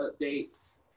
updates